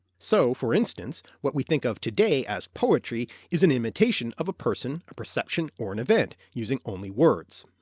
so for instance, what we think of today as poetry is an imitation of a person, a perception, or an event, using only words.